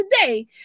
today